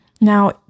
Now